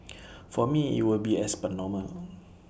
for me IT will be as per normal